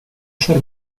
ser